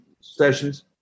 sessions